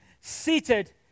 Seated